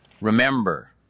Remember